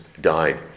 died